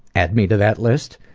add me to that list!